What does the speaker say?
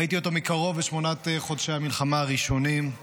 ראיתי אותו מקרוב בשמונת חודשי המלחמה הראשונים.